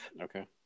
Okay